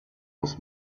aus